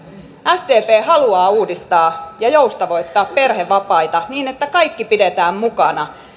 sdp haluaa uudistaa ja joustavoittaa perhevapaita niin että kaikki pidetään mukana